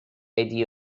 idea